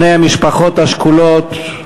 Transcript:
בני המשפחות השכולות,